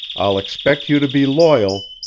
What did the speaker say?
i'll expect you to be loyal.